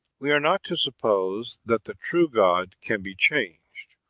we are not to suppose that the true god can be changed,